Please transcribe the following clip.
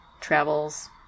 Travels